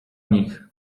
nich